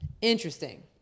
interesting